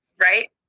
right